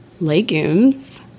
legumes